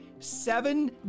seven